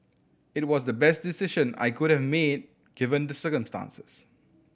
it was the best decision I could have made given the circumstances